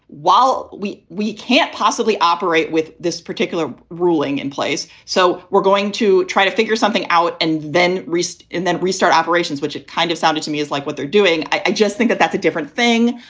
while we we can't possibly operate with this particular ruling in place, so we're going to try to figure something out and then restart and then restart operations, which it kind of sounded to me as like what they're doing. i just think that that's a different thing.